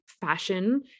fashion